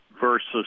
versus